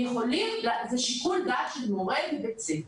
הם יכולים, זה שיקול דעת של מורה בבית הספר.